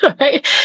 right